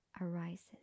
arises